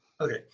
Okay